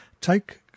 Take